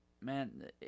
Man